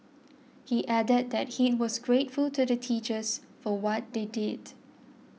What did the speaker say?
he added that he was grateful to the teachers for what they did